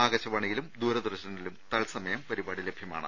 ആകാശവാണിയിലും ദൂരദർശനിലും തത്സമയം പരിപാടി ലഭ്യമാണ്